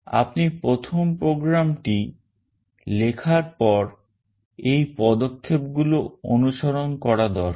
আপনি প্রথম প্রোগ্রাম টি লেখার পর এই পদক্ষেপগুলি অনুসরণ করা দরকার